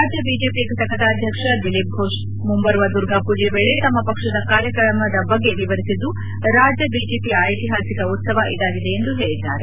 ರಾಜ್ಞ ಬಿಜೆಪಿ ಫಟಕದ ಅಧ್ಯಕ್ಷ ದಿಲೀಪ್ ಫೋಷ ಮುಂಬರುವ ದುರ್ಗಾ ಪೂಜೆಯ ವೇಳೆ ತಮ್ನ ಪಕ್ಷದ ಕಾರ್ಯಕ್ರಮದ ಬಗ್ಗೆ ವಿವರಿಸಿದ್ದು ರಾಜ್ಯ ಬಿಜೆಪಿಯ ಐತಿಹಾಸಿಕ ಉತ್ಸವ ಇದಾಗಿದೆ ಎಂದು ಹೇಳಿದ್ದಾರೆ